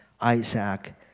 Isaac